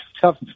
tough